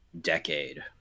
decade